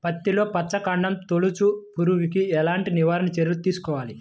పత్తిలో వచ్చుకాండం తొలుచు పురుగుకి ఎలాంటి నివారణ చర్యలు తీసుకోవాలి?